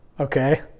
okay